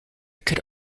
could